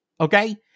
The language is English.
okay